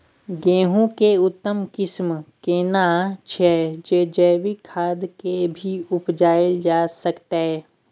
गेहूं के उत्तम किस्म केना छैय जे जैविक खाद से भी उपजायल जा सकते?